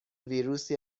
ویروسی